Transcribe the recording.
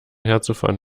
herzufahren